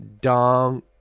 Dong